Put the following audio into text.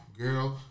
Girl